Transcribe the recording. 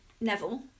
Neville